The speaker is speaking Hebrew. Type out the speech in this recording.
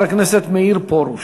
ואחריו, חבר הכנסת מאיר פרוש.